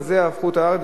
על זה הפכו את הארץ.